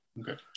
okay